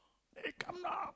eh come lah